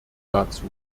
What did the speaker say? dazu